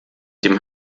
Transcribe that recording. dem